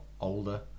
older